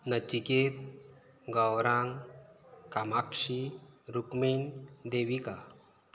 Nachiket Gaurang Kamakshi Rukmin Devika